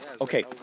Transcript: Okay